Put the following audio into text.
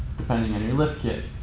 depending on your lift kit.